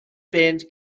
band